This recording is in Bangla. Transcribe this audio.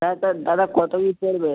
হ্যাঁ স্যার দাদা কত কী পড়বে